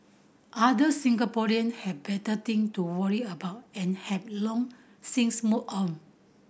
other Singaporean have better thing to worry about and have long since moved on